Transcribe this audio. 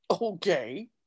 Okay